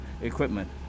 equipment